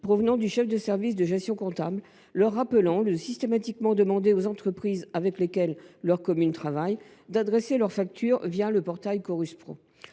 provenant du chef de service de gestion comptable leur rappelant de systématiquement demander aux entreprises avec lesquelles leur commune travaille d’adresser leurs factures via le portail Chorus Pro.